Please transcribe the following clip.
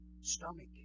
stomach